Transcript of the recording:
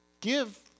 give